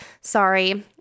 Sorry